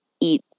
eat